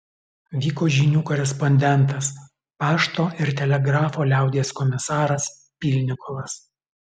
vyko žinių korespondentas pašto ir telegrafo liaudies komisaras pylnikovas